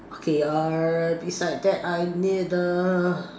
okay err it's like that I need the